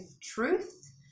truth